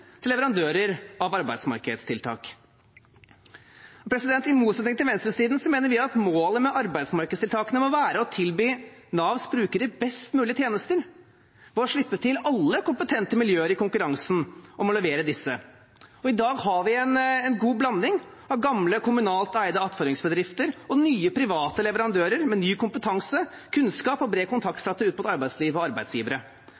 til leverandører av arbeidsmarkedstiltak. I motsetning til venstresiden mener vi at målet med arbeidsmarkedstiltakene må være å tilby Navs brukere best mulig tjenester ved å slippe til alle kompetente miljøer i konkurransen om å levere disse. I dag har vi en god blanding av gamle kommunalt eide attføringsbedrifter og nye private leverandører med ny kompetanse, kunnskap og bred